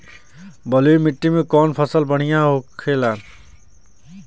बलुई मिट्टी में कौन फसल बढ़ियां होखे ला?